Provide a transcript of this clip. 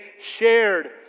shared